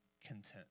content